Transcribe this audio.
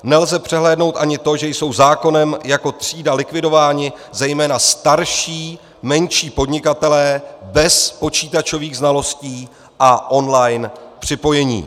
Nelze přehlédnout ani to, že jsou zákonem jako třída likvidováni zejména starší, menší podnikatelé bez počítačových znalostí a online připojení.